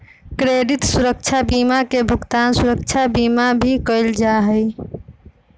credit सुरक्षा बीमा के भुगतान सुरक्षा बीमा भी कहल जा हई